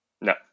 No